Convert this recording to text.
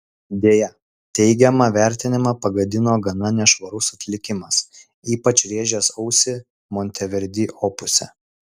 deja teigiamą vertinimą pagadino gana nešvarus atlikimas ypač rėžęs ausį monteverdi opuse